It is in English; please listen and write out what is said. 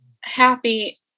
happy